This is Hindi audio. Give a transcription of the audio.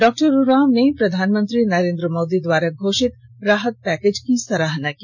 डॉक्टर उरांव ने प्रधानमंत्री नरेंद्र मोदी द्वारा घोषित राहत पैकेज की सराहना की